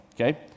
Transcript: okay